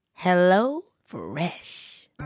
HelloFresh